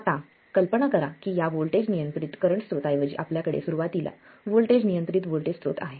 आता कल्पना करा की या व्होल्टेज नियंत्रित करंट स्रोताऐवजी आपल्याकडे सुरुवातीला व्होल्टेज नियंत्रित व्होल्टेज स्त्रोत आहे